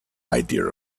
idea